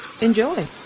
Enjoy